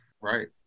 Right